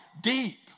deep